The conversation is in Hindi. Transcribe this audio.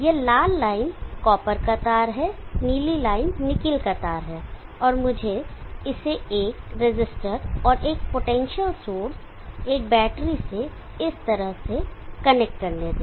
यह लाल लाइन कॉपर का तार है नीली लाइन निकिल का तार है और मुझे इसे एक रसिस्टर और एक पोटेंशियल सोर्स एक बैटरी से इस तरह से कनेक्ट करने दें